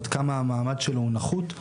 עד כמה המעמד שלו נחות.